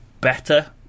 better